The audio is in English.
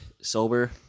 Sober